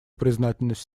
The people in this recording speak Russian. признательность